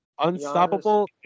Unstoppable